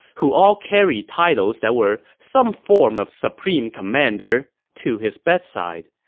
who all carried titles that were some form of supreme commander, to his bedside.